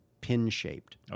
pin-shaped